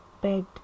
begged